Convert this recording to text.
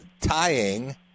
tying